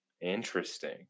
Interesting